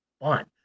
fun